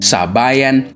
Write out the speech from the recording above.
Sabayan